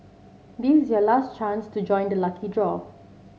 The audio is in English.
this is your last chance to join the lucky draw